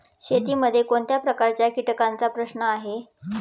शेतीमध्ये कोणत्या प्रकारच्या कीटकांचा प्रश्न आहे?